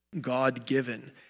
God-given